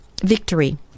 Victory